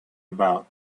about